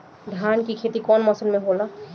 धान के खेती कवन मौसम में होला?